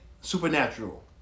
supernatural